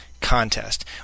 Contest